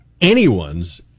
anyone's